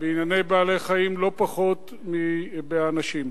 בענייני בעלי-חיים לא פחות מבאנשים.